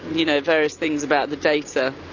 you know, various things about the data.